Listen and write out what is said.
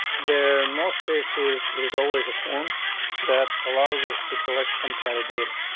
there most cases is always a form that allows us to collect some kind of data.